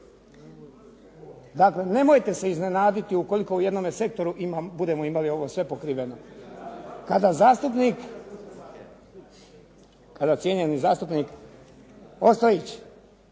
Dakle, nemojte se iznenaditi ukoliko u jednome sektoru budemo imali sve ovo pokriveno. Kada cijenjeni zastupnik Ostojić